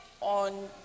on